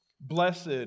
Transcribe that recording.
Blessed